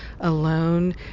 alone